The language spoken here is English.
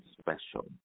special